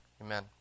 amen